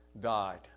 died